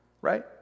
Right